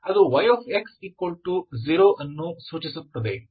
ಅದು y0 ಅನ್ನು ಸೂಚಿಸುತ್ತದೆ